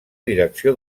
direcció